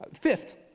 Fifth